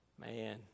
Man